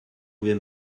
pouvez